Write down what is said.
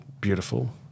beautiful